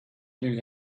knew